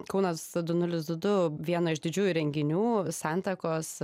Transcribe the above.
kauno su du nulis du du vieno iš didžiųjų renginių santakos